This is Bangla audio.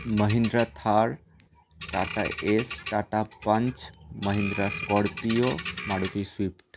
Mahindra Thar Tata Ace Tata Punch Mahindra Scorpio Maruti Swift